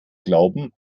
glauben